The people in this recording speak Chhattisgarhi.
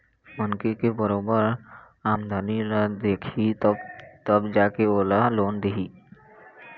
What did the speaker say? मनखे के बरोबर आमदनी ल देखही तब जा के ओला लोन दिही